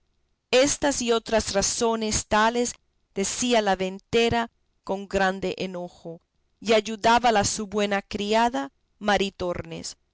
estas y otras razones tales decía la ventera con grande enojo y ayudábala su buena criada